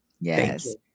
Yes